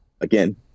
again